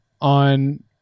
on